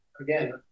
again